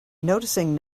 noticing